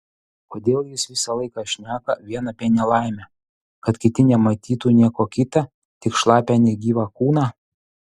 kodėl jis visą laiką šneka vien apie nelaimę kad kiti nematytų nieko kita tik šlapią negyvą kūną